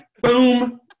boom